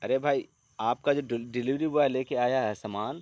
ارے بھائی آپ کا جو ڈیلیوری بوائے لے کے آیا ہے سامان